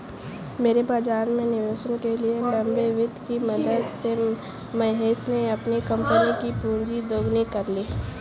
नए बाज़ार में निवेश के लिए भी लंबे वित्त की मदद से महेश ने अपनी कम्पनी कि पूँजी दोगुनी कर ली